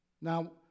Now